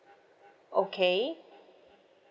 okay